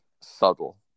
subtle